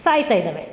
ಸಾಯ್ತಾಯಿದ್ದಾವೆ